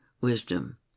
wisdom